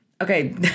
Okay